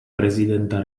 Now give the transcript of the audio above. prezidenta